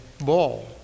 ball